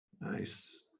Nice